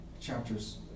chapters